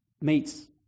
meets